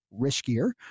riskier